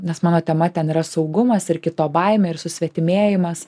nes mano tema ten yra saugumas ir kito baimė ir susvetimėjimas